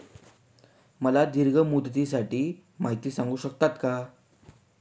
मला दीर्घ मुदतीसाठी माहिती सांगू शकता का?